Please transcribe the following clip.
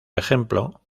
ejemplo